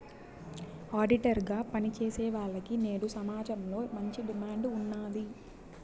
auditor గా పని చేసేవాల్లకి నేడు సమాజంలో మంచి డిమాండ్ ఉన్నాది